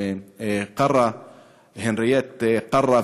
הנרייט קרא,